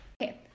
Okay